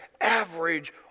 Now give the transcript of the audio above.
average